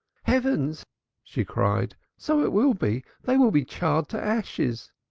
heavens she cried, so it will be. they will be charred to ashes.